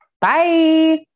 Bye